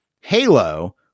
Halo